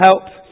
help